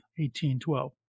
1812